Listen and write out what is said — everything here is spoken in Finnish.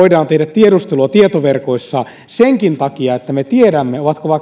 tiedustelua tietoverkoissa senkin takia että me tiedämme ovatko vaikkapa